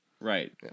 Right